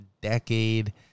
decade